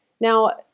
Now